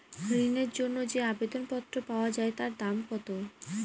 ঋণের জন্য যে আবেদন পত্র পাওয়া য়ায় তার দাম কত?